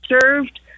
served